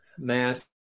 mass